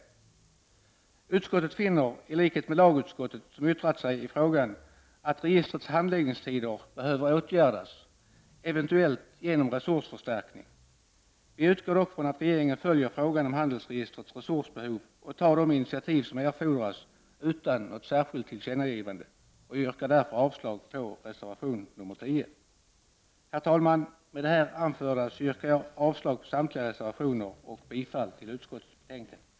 Bostadsutskottet finner — i likhet med lagutskottet, som yttrat sig i frågan — att registrets handläggningstider behöver åtgärdas — eventuellt genom en resursförstärkning. Vi går utgår dock från att regeringen följer frågan om handelsregistrets resursbehov och tar det initiativ som erfordras utan något särskilt tillkännagivande. Jag yrkar därför avslag på reservation nr 9. Herr talman! Med det anförda yrkar jag avslag på samtliga reservationer och bifall till utskottets hemställan i betänkandet.